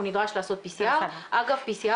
הוא נדרש לעשות PCR. אגב PCR,